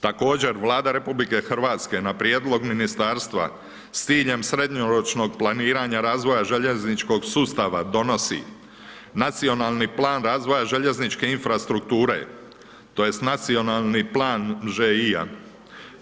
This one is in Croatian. Također Vlada Republike Hrvatske na prijedlog ministarstva, s ciljem srednjoročnog planiranja željezničkog sustava, donosi, nacionalni plan razvoja željezničke infrastrukture, tj. nacionalni plan ŽI-a,